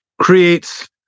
creates